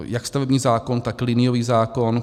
Jak stavební zákon, tak liniový zákon.